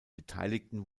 beteiligten